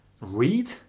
read